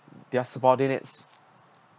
their subordinates